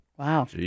Wow